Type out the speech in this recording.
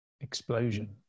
explosion